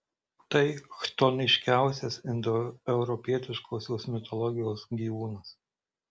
tai chtoniškiausias indoeuropietiškosios mitologijos gyvūnas